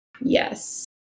Yes